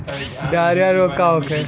Diarrhoea रोग का होखे?